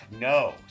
No